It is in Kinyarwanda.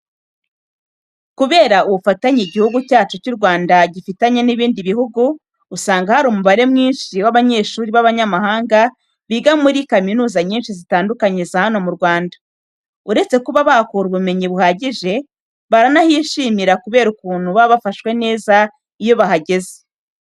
Kubera ubufatanye Igihugu cyacu cy'U Rwanda gifitanye n'ibindi bihugu, usanga hari umubare mwinshi w'abanyeshuri b'abanyamahanga biga muri kaminuza nyinshi zitandukanye za hano mu Rwanda. Uretse kuba bahakura ubumenyi buhagije, baranahishimira kubera ukuntu baba bafashwe neza iyo bahageze.